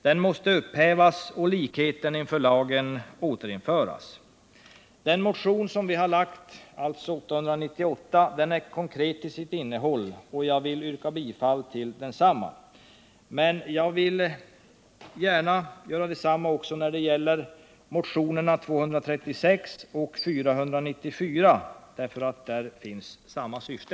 Den måste upphävas och likheten inför lagen återinföras. Den motion vi har väckt, nr 898, är konkret till sitt innehåll, och jag vill yrka bifall till den. Men jag vill göra detsamma också när det gäller motionerna 236 och 494, som har samma syfte.